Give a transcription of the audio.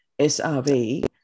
SRV